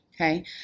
Okay